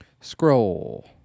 Scroll